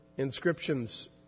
inscriptions